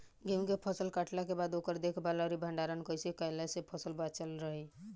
गेंहू के फसल कटला के बाद ओकर देखभाल आउर भंडारण कइसे कैला से फसल बाचल रही?